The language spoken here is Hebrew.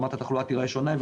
רמת התחלואה תיראה שונה,